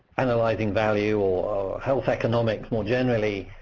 analyzing value or health economics more generally,